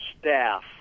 staff